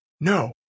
No